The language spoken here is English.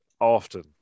often